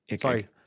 Sorry